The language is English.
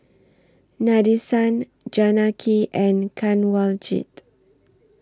Nadesan Janaki and Kanwaljit